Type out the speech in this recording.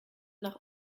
nach